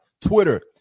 Twitter